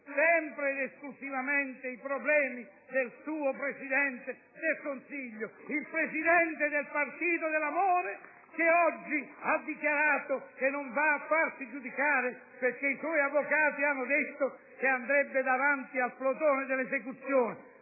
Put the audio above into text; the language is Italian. sempre ed esclusivamente i problemi del suo Presidente del Consiglio, il Presidente del partito dell'amore *(Applausi dal Gruppo IdV)* che oggi ha dichiarato che non va a farsi giudicare perché i suoi avvocati hanno detto che andrebbe davanti al plotone d'esecuzione.